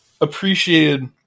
appreciated